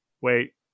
wait